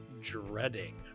dreading